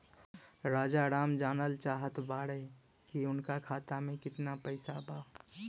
राजाराम जानल चाहत बड़े की उनका खाता में कितना पैसा बा?